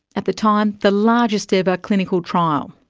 at the time the largest ever clinical trial.